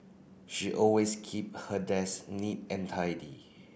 she always keep her desk neat and tidy